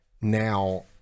now